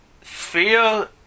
Fear